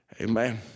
Amen